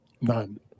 None